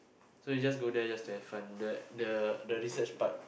so you just go there just to have fun the the the research part